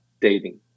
dating